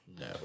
No